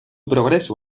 progreso